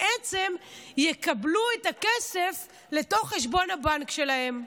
תושבי אשקלון יקבלו את הכסף לתוך חשבון הבנק שלהם,